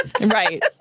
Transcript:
right